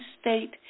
state